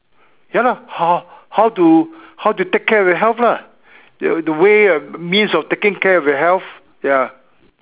ya lah how how to how to take care of your health lah the the way the means of taking care of your health ya